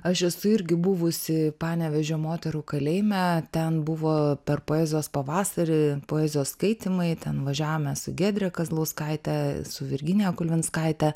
aš esu irgi buvusi panevėžio moterų kalėjime ten buvo per poezijos pavasarį poezijos skaitymai ten važiavom mes su giedre kazlauskaite su virginija kulvinskaite